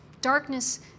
Darkness